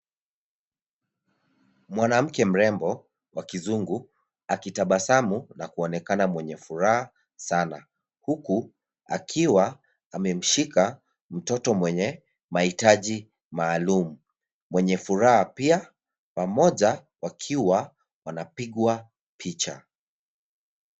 Mwanamke mrembo wa kizungu akitabasamu na kuonekana mwenye furaha sana huku akiwa amemshika mtoto mwenye mahitaji maalum mwenye furaha pia pamoja wakiwa wanapigwa picha.